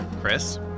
Chris